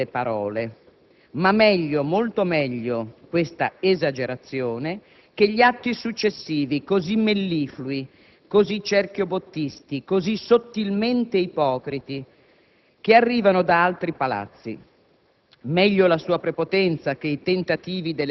Che esagerazione quelle lettere e quelle parole. Ma meglio, molto meglio questa esagerazione che gli atti successivi, così melliflui, così cerchiobottisti, così sottilmente ipocriti che arrivano da altri Palazzi.